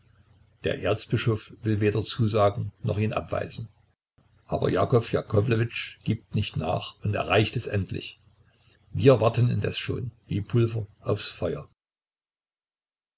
der erzbischof will weder zusagen noch ihn abweisen aber jakow jakowlewitsch gibt nicht nach und erreicht es endlich wir warteten indes schon wie pulver aufs feuer